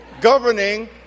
governing